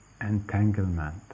entanglement